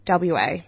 WA